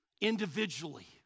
individually